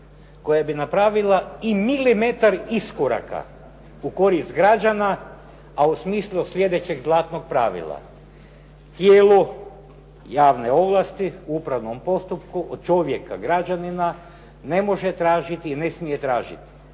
koja bi napravila i milimetar iskoraka u korist građana a u smislu sljedećeg zlatnog pravila. Tijelu javne ovlasti, upravnom postupku, od čovjeka građanina ne može tražiti i ne smije tražiti